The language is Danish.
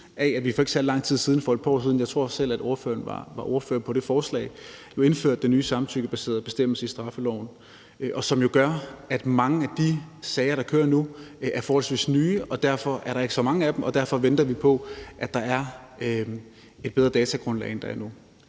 ikke særlig lang tid siden, altså for et par år siden – jeg tror selv, at ordføreren var ordfører på det forslag – indførte den nye samtykkebaserede bestemmelse i straffeloven, hvilket jo gør, at mange af de sager, der kører nu, er forholdsvis nye. Derfor er der ikke så mange af dem, og derfor venter vi på, at der er et bedre datagrundlag, end der